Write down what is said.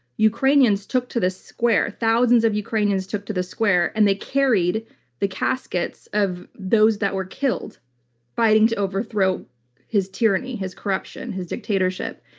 ukrainians took to the square, thousands of ukrainians took to the square, and they carried the caskets of those that were killed fighting to overthrow his tyranny, his corruption, his dictatorship.